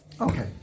Okay